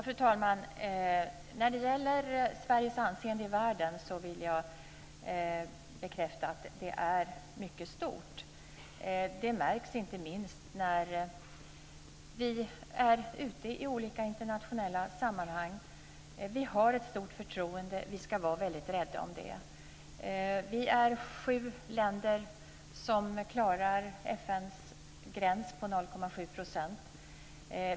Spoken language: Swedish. Fru talman! Sveriges anseende i världen är, vill jag bekräfta, mycket stort. Det märks inte minst när vi är ute i olika internationella sammanhang. Vi har ett väldigt stort förtroende och det ska vi vara mycket rädda om. Vi är sju länder som klarar FN:s gräns på 0,7 %.